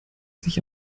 sich